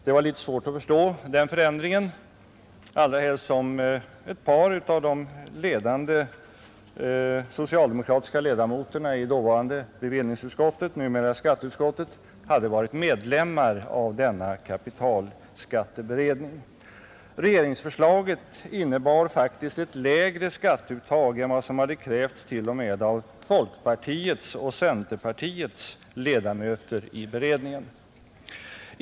Det var litet svårt att förstå den förändringen, allra helst som ett par av de ledande socialdemokratiska ledamöterna av dåvarande bevillningsutskottet, numera skatteutskottet, hade varit medlemmar av denna kapitalskatteberedning. Regeringsförslaget innebar faktiskt ett lägre skatteuttag än vad som hade krävts t.o.m. av folkpartiets och centerpartiets ledamöter i beredningen.